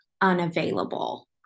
unavailable